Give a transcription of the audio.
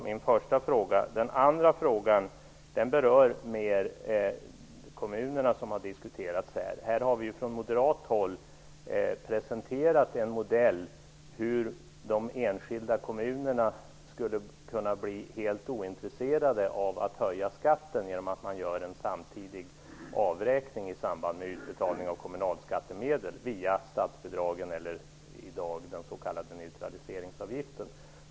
Min andra fråga berör kommunerna. Vi har från moderat håll presenterat en modell över hur de enskilda kommunerna skulle kunna bli helt ointresserade av att höja skatten genom att man gör en samtidig avräkning i samband med utbetalning av kommunalskattemedel via statsbidragen eller den s.k. neutraliseringsavgiften.